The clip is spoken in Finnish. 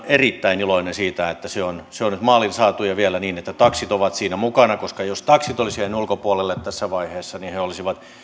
erittäin iloinen siitä että se on se on nyt maaliin saatu ja vielä niin että taksit ovat siinä mukana koska jos taksit olisivat jääneet ulkopuolelle tässä vaiheessa niin ne olisivat